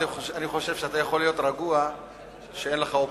אני חושב שאתה יכול להיות רגוע שאין לך אופוזיציה,